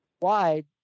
wide